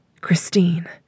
Christine